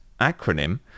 acronym